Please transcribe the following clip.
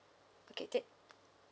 okay